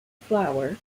flower